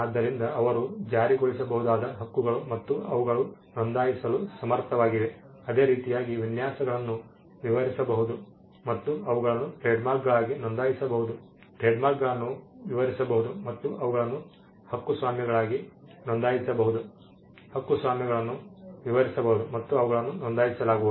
ಆದ್ದರಿಂದ ಅವರು ಜಾರಿಗೊಳಿಸಬಹುದಾದ ಹಕ್ಕುಗಳು ಮತ್ತು ಅವುಗಳು ನೋಂದಾಯಿಸಲು ಸಮರ್ಥವಾಗಿವೆ ಅದೇ ರೀತಿಯಾಗಿ ವಿನ್ಯಾಸಗಳನ್ನು ವಿವರಿಸಬಹುದು ಮತ್ತು ಅವುಗಳನ್ನು ಟ್ರೇಡ್ಮಾರ್ಕ್ಗಳಾಗಿ ನೋಂದಾಯಿಸಬಹುದು ಟ್ರೇಡ್ಮಾರ್ಕ್ಗಳನ್ನು ವಿವರಿಸಬಹುದು ಮತ್ತು ಅವುಗಳನ್ನು ಹಕ್ಕುಸ್ವಾಮ್ಯಗಳಾಗಿ ನೋಂದಾಯಿಸಬಹುದು ಹಕ್ಕುಸ್ವಾಮ್ಯಗಳನ್ನು ವಿವರಿಸಬಹುದು ಮತ್ತು ಅವುಗಳನ್ನು ನೋಂದಾಯಿಸಲಾಗುವುದು